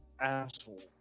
asshole